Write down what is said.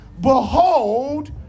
behold